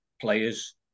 players